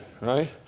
right